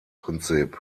prinzip